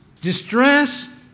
distress